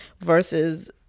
versus